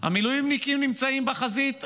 המילואימניקים נמצאים בחזית,